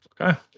okay